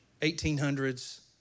1800s